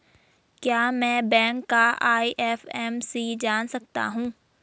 क्या मैं बैंक का आई.एफ.एम.सी जान सकता हूँ?